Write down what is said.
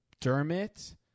Dermot